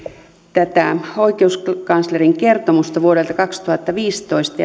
tätä oikeuskanslerin kertomusta vuodelta kaksituhattaviisitoista